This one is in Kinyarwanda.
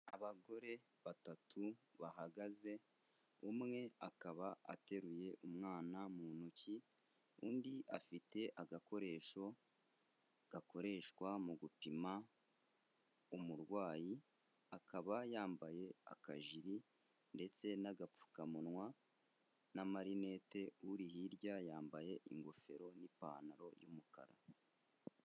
Abagore batatu bahagaze, umwe akaba ateruye umwana mu ntoki, undi afite agakoresho gakoreshwa mu gupima umurwayi, akaba yambaye akajiri ndetse n'agapfukamunwa n'amarinete, uri hirya yambaye ingofero n'ipantaro y'umukara.